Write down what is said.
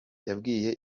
yabwiye